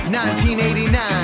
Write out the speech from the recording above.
1989